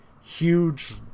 huge